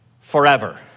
forever